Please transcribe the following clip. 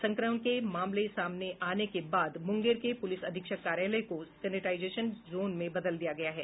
संक्रमण के मामले सामने आने के बाद मुंगेर के प्रुलिस अधीक्षक कार्यालय को सेनेटाइजेशन जोन में बदल दिया गया है